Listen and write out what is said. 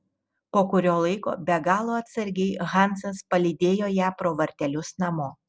po kurio laiko be galo atsargiai hansas palydėjo ją pro vartelius namo